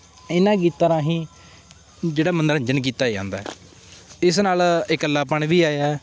ਇਹਨਾਂ ਗੀਤਾਂ ਰਾਹੀਂ ਜਿਹੜਾ ਮਨੋਰੰਜਨ ਕੀਤਾ ਜਾਂਦਾ ਇਸ ਨਾਲ ਇਕੱਲਾਪਣ ਵੀ ਆਇਆ